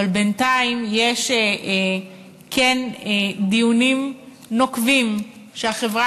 אבל בינתיים כן יש דיונים נוקבים שהחברה